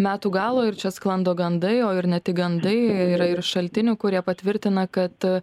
metų galo ir čia sklando gandai o ir ne tik gandai yra ir šaltinių kurie patvirtina kad